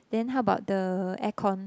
then how about the air con